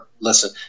listen